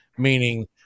meaning